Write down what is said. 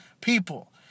people